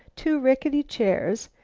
two rickety chairs,